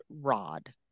rod